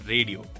Radio